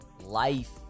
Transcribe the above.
life